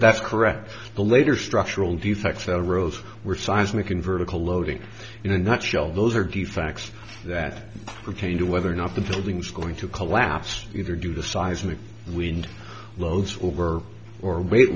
that's correct the later structural defects that arose were seismic and vertical loading in a nutshell those are the facts that pertain to whether or not the buildings going to collapse either do the seismic wind loads over or wait